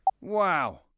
wow